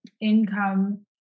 income